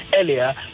earlier